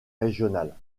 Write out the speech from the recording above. régionale